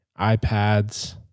iPads